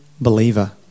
believer